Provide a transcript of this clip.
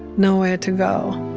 nowhere to go